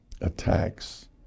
attacks